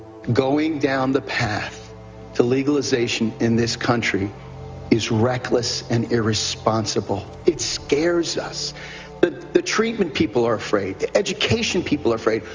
going down the path to legalization in this country is reckless and irresponsible. it scares us but the treatment people are afraid, the education people are afraid.